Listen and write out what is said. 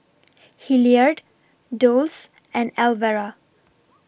Hilliard Dulce and Elvera